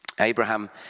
Abraham